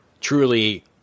truly